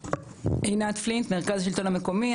עינת פלינט, מרכז השלטון המקומי.